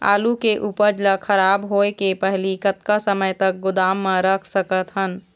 आलू के उपज ला खराब होय के पहली कतका समय तक गोदाम म रख सकत हन?